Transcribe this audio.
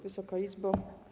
Wysoka Izbo!